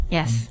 Yes